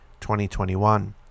2021